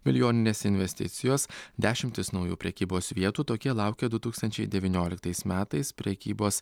milijoninės investicijos dešimtys naujų prekybos vietų tokie laukia du tūkstančiai devynioliktais metais prekybos